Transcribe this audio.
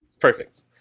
Perfect